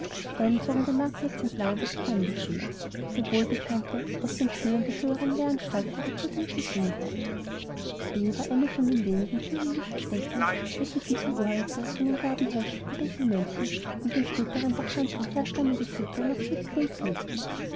dann zogen den marktplatz entlang die kurrendeschüler der wohlbekannte aus den schülern der höheren lehranstalten rekrutierte singchor b war eine von den wenigen thüringischen städten welche diese uralte von den gabenheischenden bettelmönchen und den späteren bacchanten herstammende sitte noch schützten und pflegten